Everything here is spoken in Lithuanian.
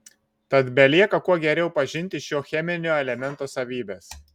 tad belieka kuo geriau pažinti šio cheminio elemento savybes